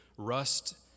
rust